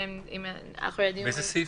באיזה סעיף?